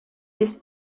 des